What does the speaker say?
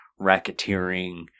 racketeering